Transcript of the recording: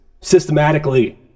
systematically